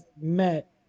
met